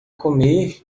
comer